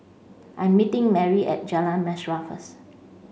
I'm meeting Marry at Jalan Mesra first